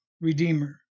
Redeemer